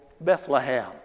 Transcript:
Bethlehem